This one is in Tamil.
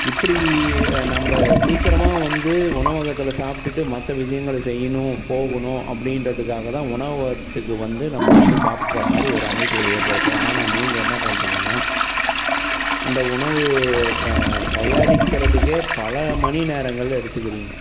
இப்படி நம்ப சீக்கிரமாக வந்து உணவகத்தில் சாப்பிட்டுட்டு மற்ற விஷயங்கள செய்யணும் போகணும் அப்படின்றதுக்காக தான் உணவகத்திற்கு வந்து நம்ம வந்து சாப்பிட்ற மாதிரி ஒரு அமைப்புகளை ஏற்படுத்துறோம் ஆனால் நீங்கள் என்ன பண்ணுறிங்கன்னா அந்த உணவு வ தயாரிக்கிறதுக்கே பல மணி நேரங்கள் எடுத்துக்கிறீங்க